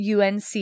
UNC